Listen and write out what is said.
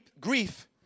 grief